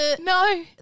No